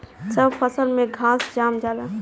सब फसल में घास जाम जाला